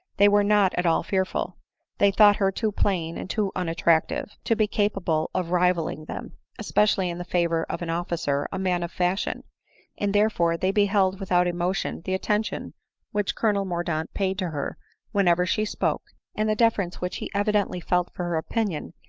they were not at all fearful they thought her too plain, and too unattractive, to be capable of rivalling them especially in the favor of an officer, a man of fashion and there fore they beheld without emotion the attention which colonel mordaunt paid to her whenever she spoke, and the deference which he evidently felt for her opinion,